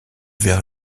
vers